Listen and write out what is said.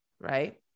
Right